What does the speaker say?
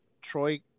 Troy